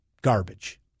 Garbage